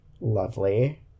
Lovely